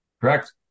Correct